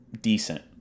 decent